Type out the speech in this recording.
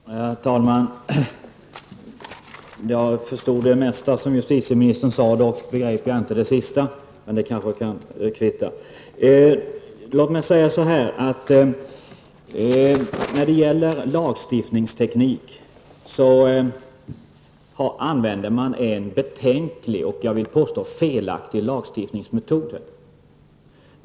Herr talman! Jag förstod det mesta som justitieministern sade, men det sista begrep jag inte. Det kanske kvittar. Man använder en betänklig och, vill jag påstå, felaktig lagstiftningsmetod.